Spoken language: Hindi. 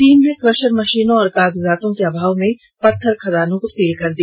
टीम ने क्रशर मशीनों और कागजातों के अभाव में पत्थर खदानों को सील कर दिया